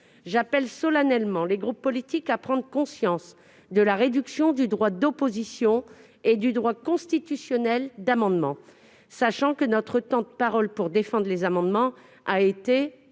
J'appelle solennellement les groupes politiques à prendre conscience de la réduction du droit d'opposition et du droit constitutionnel d'amendement, sachant que notre temps de parole pour défendre les amendements a été